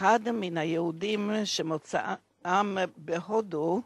נאמר לי על-ידי אחד מן היהודים שמוצאם בהודו,